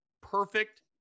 perfect